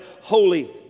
holy